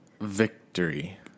victory